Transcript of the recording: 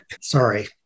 Sorry